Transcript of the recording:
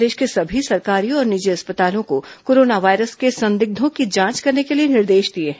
प्रदेश के सभी सरकारी और निजी अस्पतालों को कोरोना वायरस के संदिग्धों की जांच करने के लिए निर्देश दिए हैं